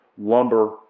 lumber